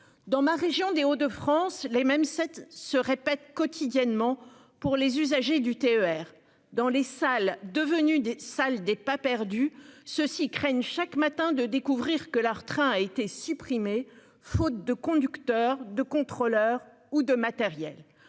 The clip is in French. dans ma région des Hauts de France, les mêmes cette se répète quotidiennement pour les usagers du TER, dans les salles devenues des salle des pas perdus. Ceux-ci craignent chaque matin de découvrir que leur train a été supprimés faute de conducteurs de contrôleur ou de matériel